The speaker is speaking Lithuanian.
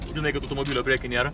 žinai kad automobilio prieky nėra